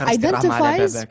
identifies